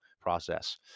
process